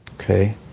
Okay